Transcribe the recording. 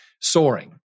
soaring